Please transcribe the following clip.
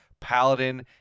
paladin